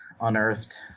unearthed